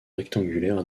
rectangulaires